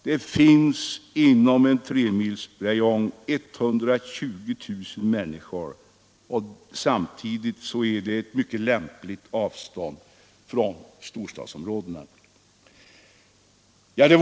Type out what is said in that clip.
Det finns inom en tremilsräjong 120 000 människor, och samtidigt är avståndet från storstadsområdena mycket lämpligt.